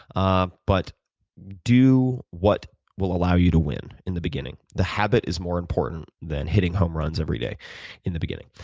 ah but do what will allow you to win in the beginning. the habit is more important than hitting homeruns every day in the beginning.